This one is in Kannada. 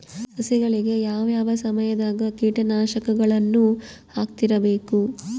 ಸಸಿಗಳಿಗೆ ಯಾವ ಯಾವ ಸಮಯದಾಗ ಕೇಟನಾಶಕಗಳನ್ನು ಹಾಕ್ತಿರಬೇಕು?